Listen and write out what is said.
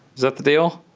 is that the deal?